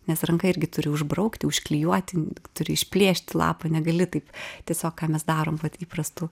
nes ranka irgi turi užbraukti užklijuoti turi išplėšti lapą negali taip tiesiog ką mes darom vat įprastu